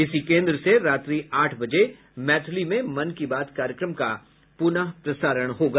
इसी केन्द्र से रात्रि आठ बजे मैथिली में मन की बात कार्यक्रम का पुनः प्रसारण होगा